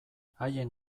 haien